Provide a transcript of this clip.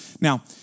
Now